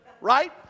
Right